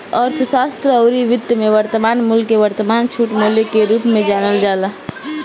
अर्थशास्त्र अउरी वित्त में वर्तमान मूल्य के वर्तमान छूट मूल्य के रूप में जानल जाला